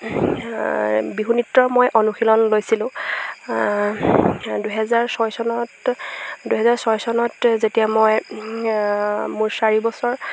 বিহু নৃত্যৰ মই অনুশীলন লৈছিলোঁ দুহেজাৰ ছয় চনত দুহেজাৰ ছয় চনত যেতিয়া মই মোৰ চাৰি বছৰ